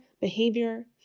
behavior